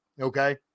Okay